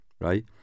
right